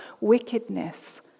wickedness